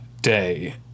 day